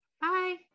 Bye